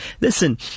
listen